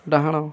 ଡାହାଣ